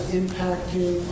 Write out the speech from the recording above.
impacting